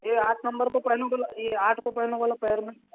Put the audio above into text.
ये आठ नंबर को पहनो भला ये आठ को पहनो भला पैर में